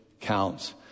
counts